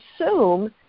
assume